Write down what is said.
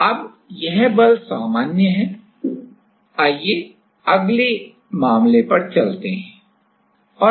तो अब यह सामान्य बल है आइए अगले मामले पर चलते हैं